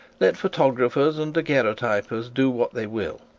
let photographers and daguerreotypers do what they will,